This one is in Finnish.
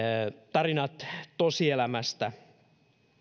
tarinat tosielämästä